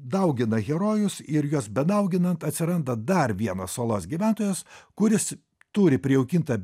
daugina herojus ir juos bedauginant atsiranda dar vienas salos gyventojas kuris turi prijaukintą